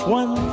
one